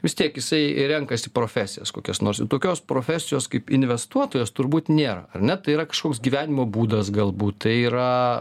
vis tiek jisai renkasi profesijas kokias nors ir tokios profesijos kaip investuotojas turbūt nėra ar ne tai yra kažkoks gyvenimo būdas galbūt tai yra